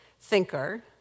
thinker